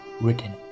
written